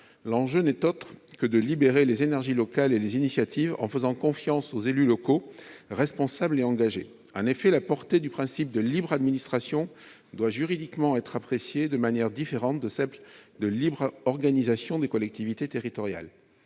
L'enjeu n'est autre que de libérer les énergies locales et les initiatives en faisant confiance aux élus locaux, responsables et engagés. La portée du principe de libre administration doit juridiquement être appréciée de manière différente de celle du principe de libre organisation des collectivités territoriales.